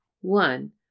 One